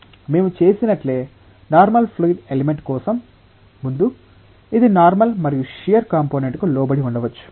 మేము చేసినట్లే normal fluid element కోసం ముందు ఇది నార్మల్ మరియు షియర్ కంపోనెంట్ కు లోబడి ఉండవచ్చు